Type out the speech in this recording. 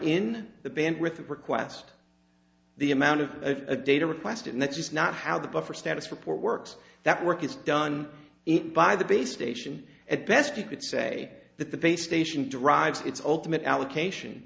in the band with that request the amount of of a data request and that's just not how the buffer status report works that work is done in by the base station at best you could say that the base station drives it's ultimately allocation